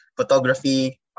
photography